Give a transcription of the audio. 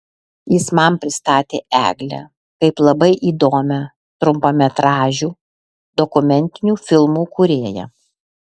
jis man pristatė eglę kaip labai įdomią trumpametražių dokumentinių filmų kūrėją